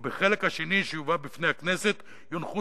ובחלק השני שיובא בפני הכנסת יונחו